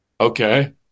Okay